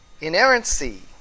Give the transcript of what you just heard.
Inerrancy